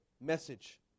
message